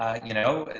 you know,